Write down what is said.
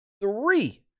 Three